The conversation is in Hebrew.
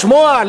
לשמוע,